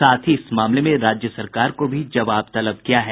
साथ ही इस मामले में राज्य सरकार को भी जबाव तलब किया है